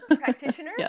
Practitioner